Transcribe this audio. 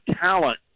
talent